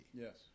Yes